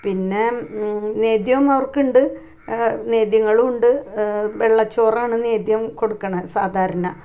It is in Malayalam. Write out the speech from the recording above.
പിന്നെ നേദ്യം അവർക്ക് ഉണ്ട് നേദ്യങ്ങളുണ്ട് വെള്ളച്ചോറ് ആണ് നേദ്യം കൊടുക്കുന്നത് സാധാരണ